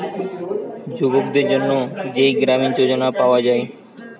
যুবকদের জন্যে যেই গ্রামীণ যোজনা পায়া যায়